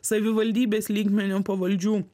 savivaldybės lygmeniu pavaldžių